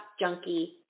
junkie